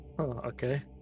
okay